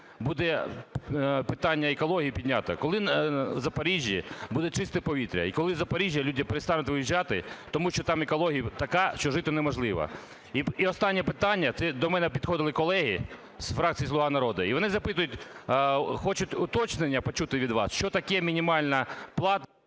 буде питання екології піднято? Коли в Запоріжжі буде чисте повітря? І коли із Запоріжжя люди перестануть виїжджати? Тому, що там екологія така, що жити неможливо. І останнє питання. Це до мене підходили колеги з фракції "Слуга народу" і вони запитують, хочуть уточнення почути від вас, що таке мінімальна плата…